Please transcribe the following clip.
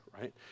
right